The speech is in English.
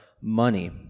money